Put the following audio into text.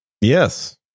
yes